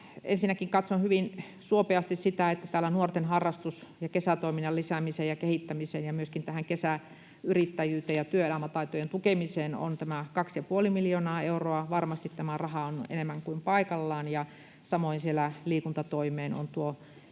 Ensinnäkin katson hyvin suopeasti sitä, että täällä on tämä 2,5 miljoonaa euroa nuorten harrastus- ja kesätoiminnan lisäämiseen ja kehittämiseen ja myöskin tähän kesäyrittäjyyteen ja työelämätaitojen tukemiseen — varmasti tämä raha on enemmän kuin paikallaan. Samoin siellä on tulossa tuo